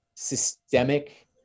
systemic